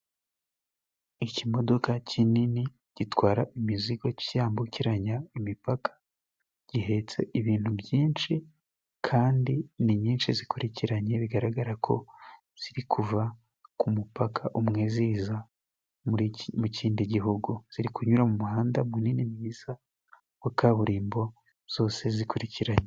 Ikimodoka kinini gitwara imizigo kiyambukiranya imipaka, gihetse ibintu byinshi kandi ni nyinshi zikurikiranye bigaragara ko ziri kuva ku mupaka umwe ziza mu kindi gihugu. Ziri kunyura mu muhanda gunini gwiza wa kaburimbo zose zikurikiranye.